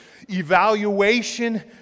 evaluation